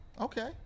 okay